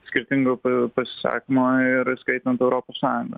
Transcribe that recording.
skirtingų pasisakymų ir įskaitant europos sąjungą